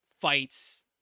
fights